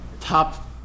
top